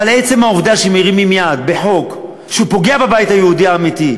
אבל לעצם העובדה שמרימים יד בחוק שפוגע בבית היהודי האמיתי,